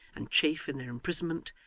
and chafe in their imprisonment,